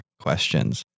questions